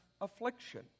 affliction